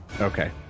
okay